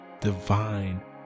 divine